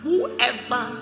Whoever